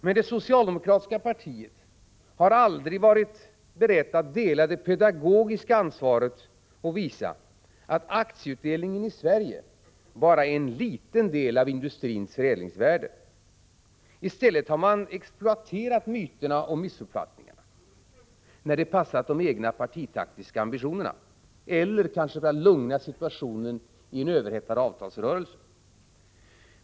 Men det socialdemokratiska partiet har aldrig varit berett att dela det pedagogiska ansvaret när det gäller att visa att aktieutdelningen i Sverige bara är en liten del av industrins förädlingsvärde. I stället har socialdemokraterna exploaterat myterna och missuppfattningarna när det passat de egna partitaktiska ambitionerna, eller kanske för att lugna vid en överhettad avtalsrörelse.